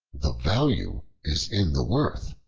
the value is in the worth,